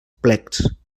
plecs